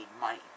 money